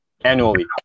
annually